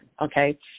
okay